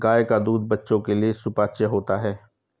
गाय का दूध बच्चों के लिए सुपाच्य होता है